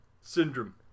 Syndrome